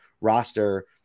roster